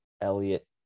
Elliot